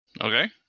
Okay